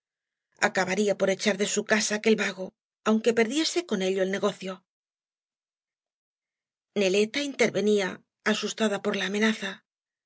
acabaría por echar de su casa aquel vago aunque perdiere con ello el negocio ñeleta intervenía asustada por la amenaza le